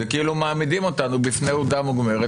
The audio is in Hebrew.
זה כאילו מעמידים אותנו בפני עובדה מוגמרת.